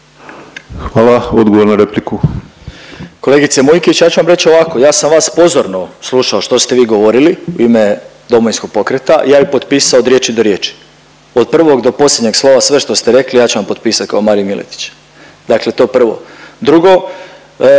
vam. Odgovor na repliku.